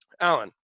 Alan